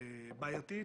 בעייתית?